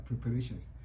preparations